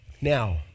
Now